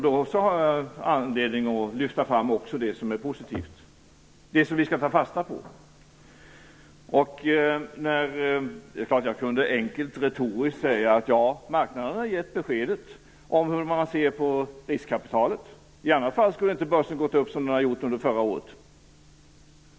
Då har jag anledning att även lyfta fram det som är positivt och det som vi skall ta fasta på. Jag kunde naturligtvis enkelt och retoriskt säga att marknaden har gett besked om hur den ser på riskkapitalet. I annat fall skulle inte börsen ha gått upp som den gjorde under förra året.